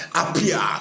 appear